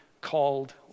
called